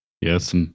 Yes